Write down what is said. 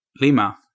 Lima